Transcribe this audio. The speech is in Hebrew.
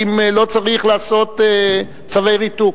אם לא צריך לעשות צווי ריתוק.